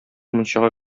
мунчага